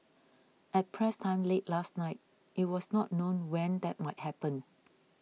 at press time late last night it was not known when that might happen